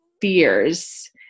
fears